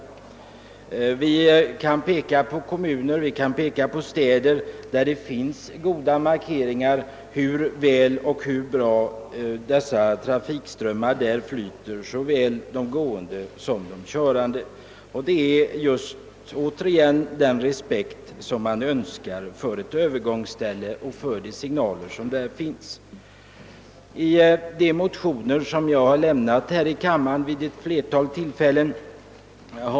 Jag vill peka på hur väl trafikströmmarna flyter i de kommuner och städer, där det finns goda markeringar av övergångsställen, och detta gäller såväl gångtrafiken som fordonstrafiken. Anledningen härtill är att man där visar den önskvärda respekten för befintliga övergångsställen och trafiksignaler. Tredje lagutskottet har inte velat biträda de motioner i denna fråga som jag väckt i denna kammare vid ett flertal tillfällen.